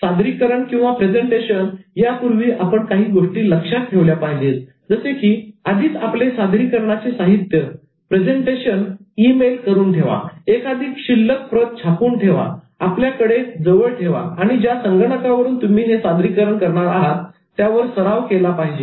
सादरीकरण यापूर्वी आपण काही गोष्टींची लक्षात ठेवल्या पाहिजेत जसे की आधीच आपले सादरीकरणाचे साहित्यप्रेझेन्टेशन ई मेल करणे एखादी शिल्लक प्रत छापून आपल्याजवळ ठेवणे आणि ज्या संगणकावरून तुम्ही हे सादरीकरण करणार आहात त्यावर सराव करणे